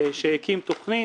שהקים תוכנית,